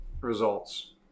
results